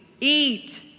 eat